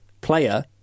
player